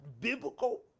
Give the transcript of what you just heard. biblical